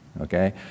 Okay